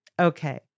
Okay